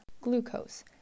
glucose